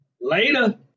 Later